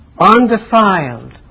Undefiled